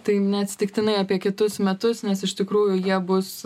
tai neatsitiktinai apie kitus metus nes iš tikrųjų jie bus